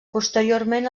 posteriorment